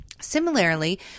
Similarly